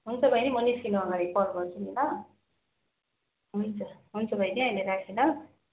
हुन्छ बहिनी म निस्किनुअगाडि कल गर्छु नि ल हुन्छ हुन्छ बहिनी अहिले राखेँ ल